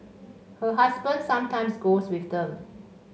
her husband sometimes goes with them